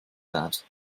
that